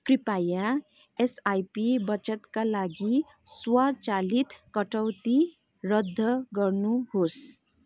कृपया एसआइपी बचतका लागि स्वचालित कटौती रद्द गर्नुहोस्